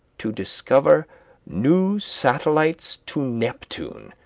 to discover new satellites to neptune,